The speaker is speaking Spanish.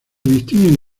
distinguen